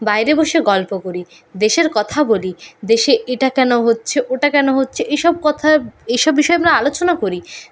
বাইরে বসে গল্প করি দেশের কথা বলি দেশে এটা কেন হচ্ছে ওটা কেন হচ্ছে এই সব কথা এই সব বিষয়ে আমরা আলোচনা করি